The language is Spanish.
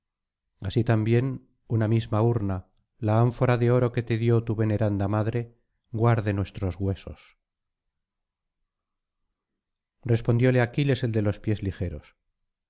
así también una misma urna la ánfora de oro que te dio tu veneranda madre guarde nuestros huesos respondióle aquiles el de los pies ligeros